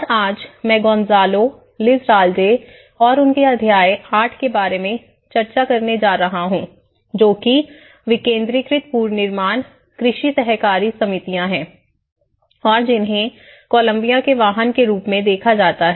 और आज मैं गोंज़ालो लिजराल्डे और उनके अध्याय 8 के बारे में चर्चा करने जा रहा हूं जो कि विकेन्द्रीकृत पुनर्निर्माण कृषि सहकारी समितियां है और जिन्हें कोलंबिया के वाहन के रूप में देखा जाता है